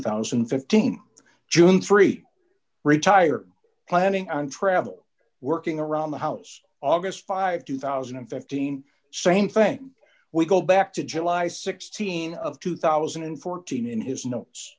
thousand and fifteen june three retire planning on travel working around the house august five two thousand and fifteen same thing we go back to july th of two thousand and fourteen in his notes